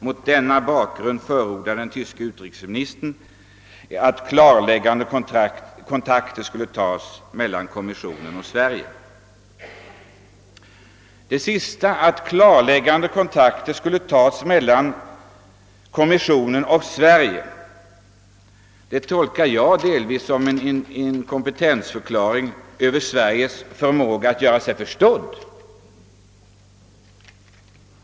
Mot denna bakgrund förordade den tyske utrikesministern att klarläggande kontakter skulle tas mellan kommissionen och Sverige.» Det sista — »att klarläggande kon takter skulle tas mellan kommissionen och Sverige» — tolkar jag delvis såsom en inkompetensförklaring över Sveriges förmåga att göra sig förstådd.